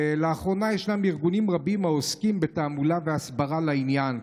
לאחרונה ישנם ארגונים רבים העוסקים בתעמולה והסברה של העניין,